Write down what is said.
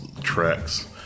tracks